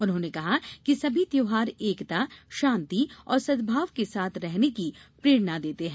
उन्होंने कहा कि सभी त्यौहार एकता शांति और सदभाव के साथ रहने की प्रेरणा देते हैं